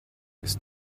ist